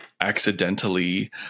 accidentally